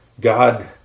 God